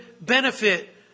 benefit